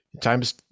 time's